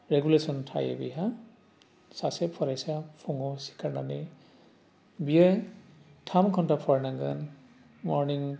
regulation थायो बेहा सासे फरायसा फुङाव सिखारनानै बियो थाम घण्टा फरायनांगोन मरनिं